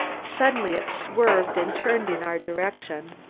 suddenly it swerved and turned in our direction.